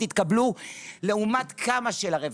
התקבלו לעומת כמה של הרווחה,